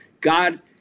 god